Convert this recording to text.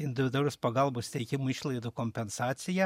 individualios pagalbos teikimo išlaidų kompensacija